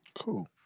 Cool